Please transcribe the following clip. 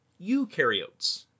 eukaryotes